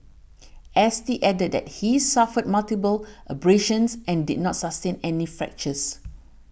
S T added that he suffered multiple abrasions and did not sustain any fractures